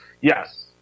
Yes